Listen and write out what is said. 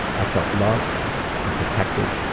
i felt loved and protected,